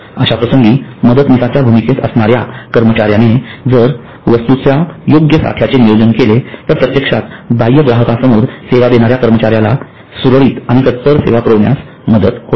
अश्या प्रसंगी मदतनीसाच्या च्या भूमिकेत असणाऱ्या कर्मचाऱ्याने जर वस्तूच्या योग्य साठ्याचे नियोजन केले तर प्रत्यक्षात बाह्य ग्राहकासमोर सेवा देणाऱ्या कर्मचाऱ्याला सुरळीत आणि तत्पर सेवा पुरविताना मदत होते